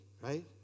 right